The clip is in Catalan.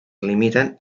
limiten